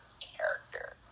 character